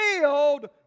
filled